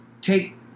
take